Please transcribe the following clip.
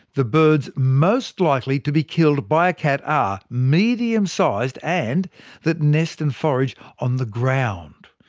the birds most likely to be killed by a cat are medium-sized and that nest and forage on the ground,